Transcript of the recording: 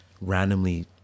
randomly